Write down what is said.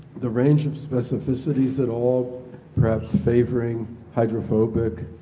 the range of specificities at all perhaps favoring hydrophobic